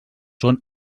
són